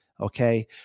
Okay